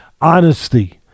honesty